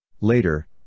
Later